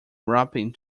wrapping